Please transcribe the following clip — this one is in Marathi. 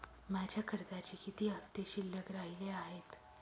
माझ्या कर्जाचे किती हफ्ते शिल्लक राहिले आहेत?